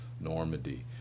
Normandy